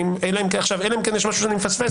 אלא אם כן יש משהו שאני מפספס.